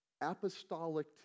apostolic